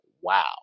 wow